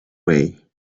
way